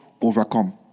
overcome